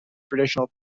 traditional